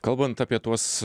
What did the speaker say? kalbant apie tuos